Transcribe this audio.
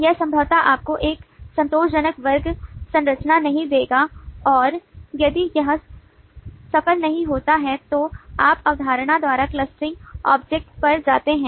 यह संभवतः आपको एक संतोषजनक वर्ग संरचना नहीं देगा और यदि यह सफल नहीं होता है तो आप अवधारणा द्वारा क्लस्टरिंग ऑब्जेक्ट object पर जाते हैं